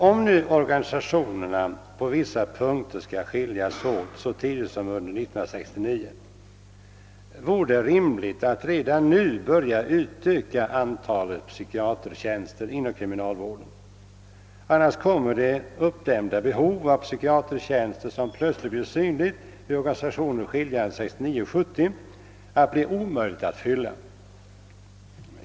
Om nu organisationerna på vissa platser skall skiljas åt så tidigt som under 1969, vore det rimligt att redan nu börja utöka antalet psykiatertjänster inom kriminalvården. Annars kommer det uppdämda behov av psykiatertjänster, som plötsligt blir synligt vid organisationernas skiljande 1969/70, att bli omöjligt att fylla.